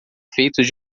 feitos